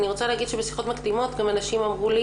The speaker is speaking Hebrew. אני רוצה להגיד שבשיחות מקדימות אנשים אמרו לי